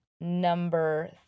number